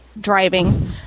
driving